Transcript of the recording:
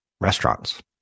restaurants